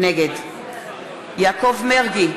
נגד יעקב מרגי,